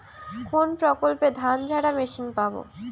কোনপ্রকল্পে ধানঝাড়া মেশিন পাব?